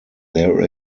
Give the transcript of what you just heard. there